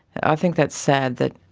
i think that's sad, that